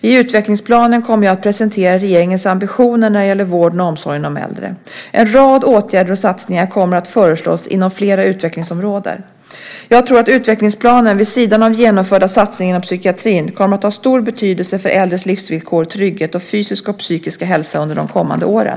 I utvecklingsplanen kommer jag att presentera regeringens ambitioner när det gäller vården och omsorgen om äldre. En rad åtgärder och satsningar kommer att föreslås inom flera utvecklingsområden. Jag tror att utvecklingsplanen, vid sidan av genomförda satsningar inom psykiatrin, kommer att ha stor betydelse för äldres livsvillkor, trygghet och fysiska och psykiska hälsa under de kommande åren.